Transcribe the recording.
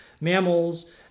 mammals